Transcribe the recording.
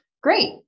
great